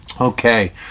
Okay